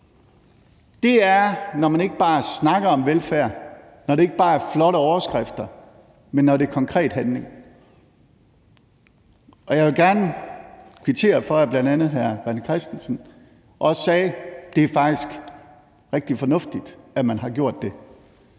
er det, når man ikke bare snakker om velfærd, når det ikke bare er flotte overskrifter, men når det er konkret handling. Og jeg vil gerne kvittere for, at bl.a. hr. René Christensen sagde, at det faktisk er rigtig fornuftigt, at man har gjort det.